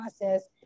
process